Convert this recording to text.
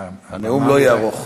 הנאום לא יהיה ארוך.